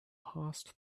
passed